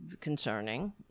concerning